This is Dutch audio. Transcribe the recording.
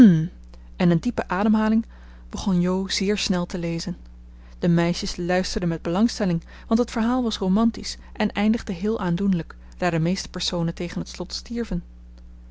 en een diepe ademhaling begon jo zeer snel te lezen de meisjes luisterden met belangstelling want het verhaal was romantisch en eindigde heel aandoenlijk daar de meeste personen tegen het slot stierven